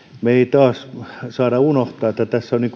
taas unohtaa että